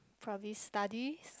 probably studies